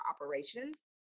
operations